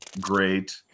great